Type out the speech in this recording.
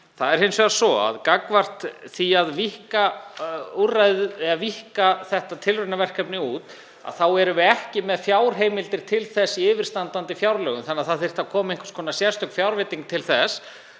Það er hins vegar svo að gagnvart því að víkka úrræðið eða þetta tilraunaverkefni út þá erum við ekki með fjárheimildir til þess í yfirstandandi fjárlögum þannig að það þyrfti að koma einhvers konar sérstök fjárveiting til þess.